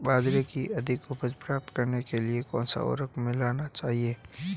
बाजरे की अधिक उपज प्राप्त करने के लिए कौनसा उर्वरक मिलाना चाहिए?